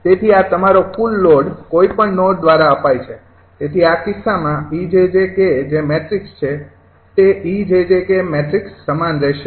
તેથી આ તમારો કુલ લોડ કોઈપણ નોડ દ્વારા અપાય છે તેથી આ કિસ્સામાં 𝑒𝑗𝑗𝑘 જે મેટ્રિક્સ છે તે 𝑒𝑗𝑗 𝑘 મેટ્રિક્સ સમાન રહેશે